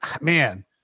man